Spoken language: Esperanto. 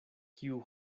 kiu